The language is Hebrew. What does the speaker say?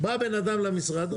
בא בן אדם למשרד,